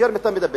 כאשר אתה מדבר,